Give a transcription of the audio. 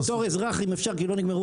בתור אזרח, אם אפשר, כי לא נגמרו